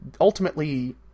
ultimately